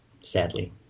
Sadly